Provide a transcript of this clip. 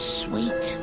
sweet